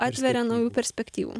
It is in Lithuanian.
atveria naujų perspektyvų